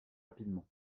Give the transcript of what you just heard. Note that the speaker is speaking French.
rapidement